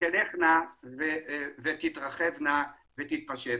תלכנה ותתרחבנה ותתפשטנה.